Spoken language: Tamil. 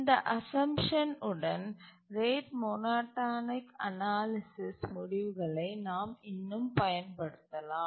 இந்த அசம்சன் உடன் ரேட் மோனோடோனிக் அனாலிசிஸ் முடிவுகளை நாம் இன்னும் பயன்படுத்தலாம்